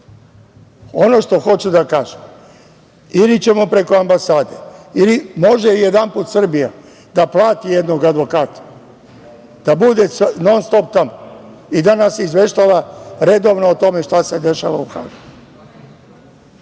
što hoću da kažem ili ćemo preko ambasade. Može jedanput Srbija da plati jednog advokata, da bude non-stop tamo i da nas izveštava redovno o tome šta se dešava u Hagu.